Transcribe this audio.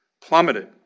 plummeted